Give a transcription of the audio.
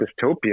dystopia